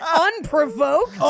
Unprovoked